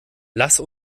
lass